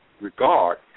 regard